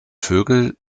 vögel